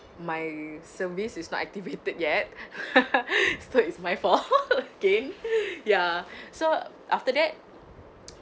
my service is not activated yet so it's my fault again ya so after that